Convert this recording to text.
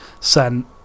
sent